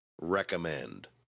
recommend